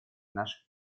наших